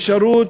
אפשרות,